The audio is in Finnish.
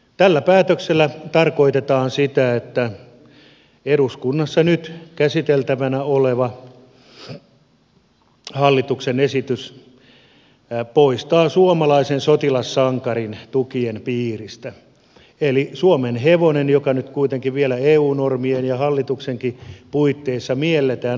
tällä päätöksellä tarkoitetaan sitä että eduskunnassa nyt käsiteltävänä oleva hallituksen esitys poistaa suomalaisen sotilassankarin tukien piiristä eli suomenhevosen joka nyt kuitenkin vielä eu normien ja hallituksenkin puitteissa mielletään alkuperäisroduksi